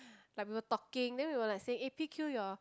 like we were talking then we were like saying eh P_Q your